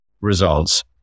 results